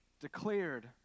declared